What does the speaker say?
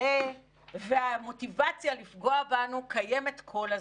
עולה והמוטיבציה לפגוע בנו קיימת כל הזמן.